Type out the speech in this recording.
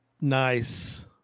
Nice